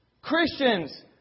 Christians